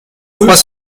trois